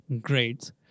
great